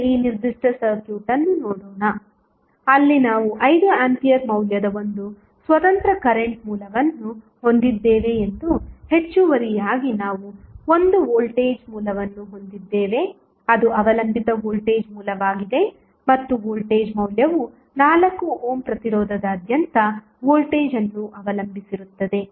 ಈಗ ಈ ನಿರ್ದಿಷ್ಟ ಸರ್ಕ್ಯೂಟ್ ಅನ್ನು ನೋಡೋಣ ಅಲ್ಲಿ ನಾವು 5 ಆಂಪಿಯರ್ ಮೌಲ್ಯದ ಒಂದು ಸ್ವತಂತ್ರ ಕರೆಂಟ್ ಮೂಲವನ್ನು ಹೊಂದಿದ್ದೇವೆ ಎಂದು ಹೆಚ್ಚುವರಿಯಾಗಿ ನಾವು ಒಂದು ವೋಲ್ಟೇಜ್ ಮೂಲವನ್ನು ಹೊಂದಿದ್ದೇವೆ ಅದು ಅವಲಂಬಿತ ವೋಲ್ಟೇಜ್ ಮೂಲವಾಗಿದೆ ಮತ್ತು ವೋಲ್ಟೇಜ್ ಮೌಲ್ಯವು 4 ಓಮ್ ಪ್ರತಿರೋಧದಾದ್ಯಂತದ ವೋಲ್ಟೇಜ್ ಅನ್ನು ಅವಲಂಬಿಸಿರುತ್ತದೆ